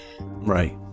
Right